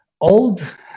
Old